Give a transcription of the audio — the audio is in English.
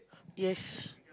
yes